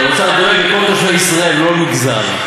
כי האוצר דואג לכל תושבי ישראל ולא למגזר.